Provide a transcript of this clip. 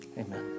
amen